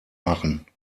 machen